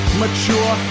mature